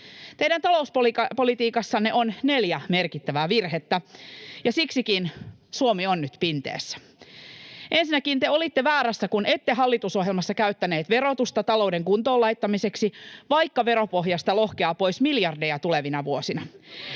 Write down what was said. Teidän talouspolitiikassanne on neljä merkittävää virhettä, ja siksikin Suomi on nyt pinteessä: Ensinnäkin te olitte väärässä, kun ette hallitusohjelmassa käyttäneet verotusta talouden kuntoon laittamiseksi, [Juha Mäenpää: Olisitte lähteneet hallitukseen!] vaikka veropohjasta lohkeaa pois miljardeja tulevina vuosina.